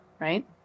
Right